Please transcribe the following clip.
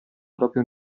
propria